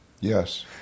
yes